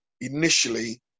initially